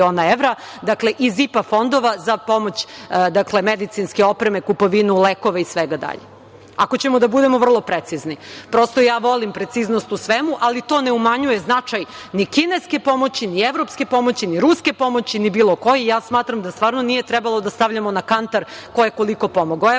evra iz IPA fondova za pomoć, medicinske opreme, kupovinu lekova i svega dalje. Ako ćemo da budemo vrlo precizni. Ja volim preciznost u svemu, ali to ne umanjuje značaj ni kineske pomoći, ni evropske pomoći, ni ruske pomoći, ni bilo koje. Smatram da nije trebalo da stavljamo na kantar ko je koliko pomogao. Evropska